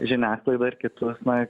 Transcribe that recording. žiniasklaidą ir kitus na